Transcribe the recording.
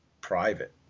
private—